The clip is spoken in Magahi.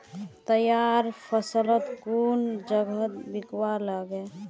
तैयार फसल कुन जगहत बिकवा लगे?